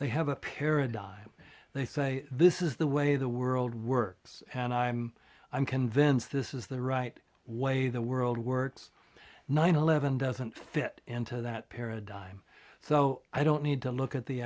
they have a paradigm they say this is the way the world works and i'm i'm convinced this is the right way the world works nine eleven doesn't fit into that paradigm so i don't need to look at the